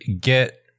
get